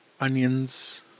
Onions